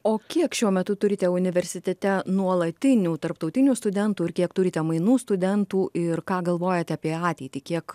o kiek šiuo metu turite universitete nuolatinių tarptautinių studentų ir kiek turite mainų studentų ir ką galvojate apie ateitį kiek